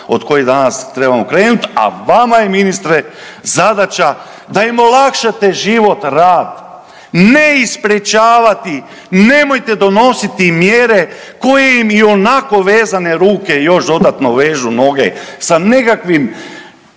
od koje danas trebamo krenuti, a vama je ministre zadaća da im olakšate život, rad, ne ispričavati, nemojte donositi mjere koje im i onako vezane ruke, još dodatno vežu noge sa nekakvim